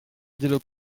dialogue